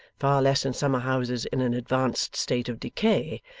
far less in summer-houses in an advanced state of decay,